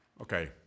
Okay